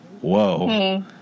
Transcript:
whoa